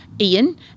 Ian